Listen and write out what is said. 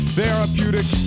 therapeutic